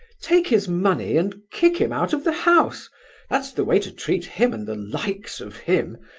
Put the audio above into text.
take his money and kick him out of the house that's the way to treat him and the likes of him!